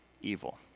evil